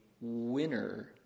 winner